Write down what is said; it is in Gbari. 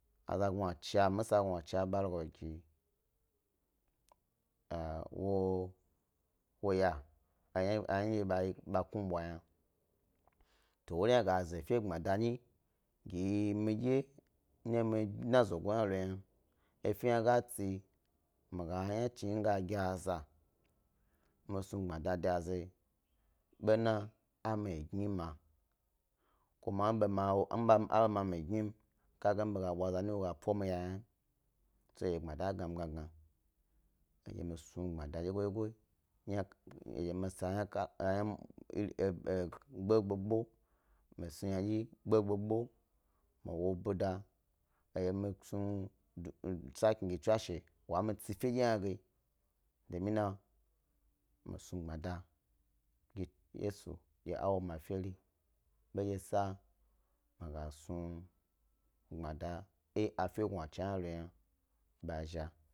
Aza gnacha, misa gnachna be lo galo gi wo ya ayna ndye ɓa knu bwayna to wori hna ga ze efe gbmada nyi gi yi, midye ndye wu dna zogo hna lo gna efe hna tsi mi ga yna chi mi ga aza mi san gbmada de a zayi ɓona a mi a gnire ma, kuma a ma mi agnim kagani mi ɓe ga bwa za wo gnim mi be ga bwa za wopo mi ya ynam so he dye gbmada a gna mi gna, hedye mi sni aoyna dyegodyego, a yna, eri gbo-gbo-gbo. Mi snu dyi gbo-gbo mi wu bida he mi snu, sakni gi tswashe wa mi tsi fe dye hna ge. Domin na mi snu gbmada gi yesu dye a woma feri bendye ba mi gas nu gbmada e afe gnachna hna lo yna ba zhi.